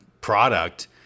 product